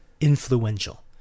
influential